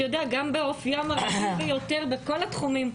גם באופיים הרגיל ביותר בכל התחומים,